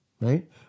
right